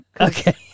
Okay